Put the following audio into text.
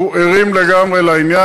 אנחנו ערים לגמרי לעניין.